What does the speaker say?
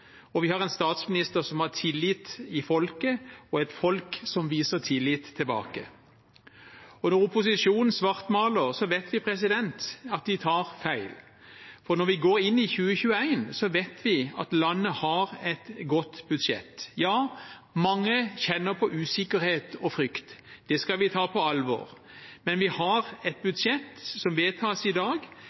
Og vi har en statsminister som har tillit i folket, og et folk som viser tillit tilbake. Når opposisjonen svartmaler, vet vi at de tar feil, for når vi går inn i 2021, vet vi at landet har et godt budsjett. Ja, mange kjenner på usikkerhet og frykt. Det skal vi ta på alvor. Men vi har et budsjett som vedtas i dag